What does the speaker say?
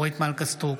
סטרוק,